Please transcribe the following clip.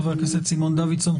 חבר הכנסת סימון דוידסון,